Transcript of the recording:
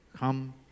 Come